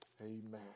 Amen